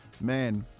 Man